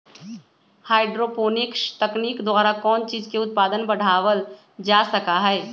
hydroponics तकनीक द्वारा कौन चीज के उत्पादन बढ़ावल जा सका हई